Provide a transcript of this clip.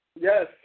Yes